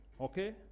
Okay